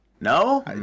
No